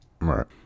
Right